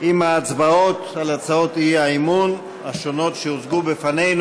עם ההצבעות על הצעות האי-אמון השונות שהוצגו בפנינו.